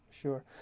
Sure